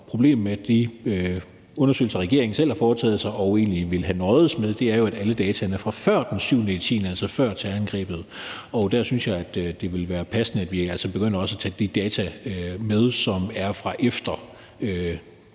problemet med de undersøgelser, som regeringen selv har foretaget og egentlig ville have nøjedes med, er jo, at alle dataene er fra før den 7.10., altså før terrorangrebet. Der synes jeg, det ville være passende, at vi også begyndte at tage de data med, som er efter